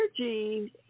energy